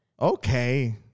Okay